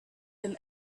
him